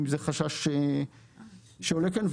אם זה חשש שעולה כאן.